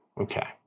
Okay